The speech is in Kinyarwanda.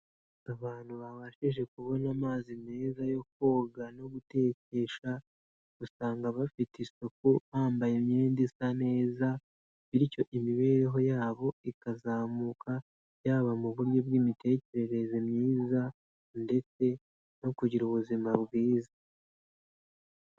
Abantu babashije kubona amazi meza yo koga no gu gutekesha, usanga bafite isuku , bambaye imyenda isa neza bityo imibereho yabo ikazamuka, yaba mu buryo bw'imitekerereze myiza ndetse no kugira ubuzima bwiza.